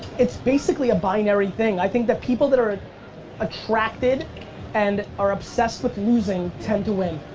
it's basically a binary thing. i think that people that are attracted and are obsessed with losing tend to win.